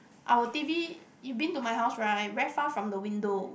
our T_V you've been to my house right very far from the window